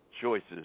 choices